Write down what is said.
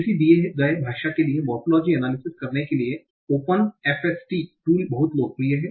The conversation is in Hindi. किसी दिए गए भाषा के लिए मोरफोलोजी अनालिसिस करने के लिए OPENFST टूल बहुत लोकप्रिय है